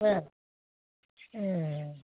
ओह उम